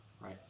right